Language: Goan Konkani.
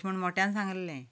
तशें म्हूण मोट्यान सांगल्लें